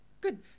Good